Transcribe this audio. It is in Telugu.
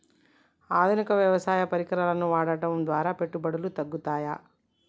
ఆధునిక వ్యవసాయ పరికరాలను వాడటం ద్వారా పెట్టుబడులు తగ్గుతయ?